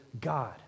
God